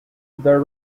their